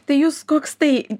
tai jūs koks tai